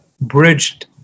bridged